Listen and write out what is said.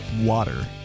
water